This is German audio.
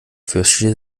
fürchte